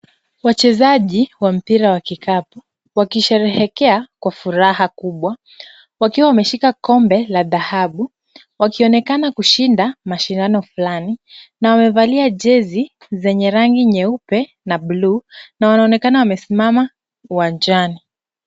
Wachezaji wa mpira wa kikapu wakisherehekea kwa furaha kubwa wakiwa wameshika kombe la dhahabu wakionekana kushinda mashindano fulani na wamevalia jezi zenye rangi nyeupe na bluu na wanaonekana wamesimama uwanjani.